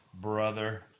Brother